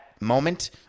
moment